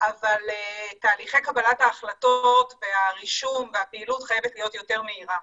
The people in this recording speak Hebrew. אבל תהליכי קבלת ההחלטות והרישום והפעילות חייבת להיות יותר מהירה.